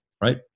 right